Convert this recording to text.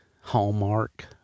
Hallmark